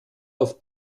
auf